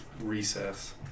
recess